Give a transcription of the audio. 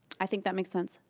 i think that makes sense.